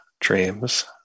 dreams